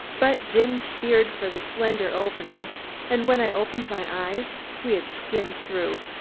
but jim steered for the slender opening and when i opened my eyes we had skinned through,